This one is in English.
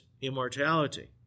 immortality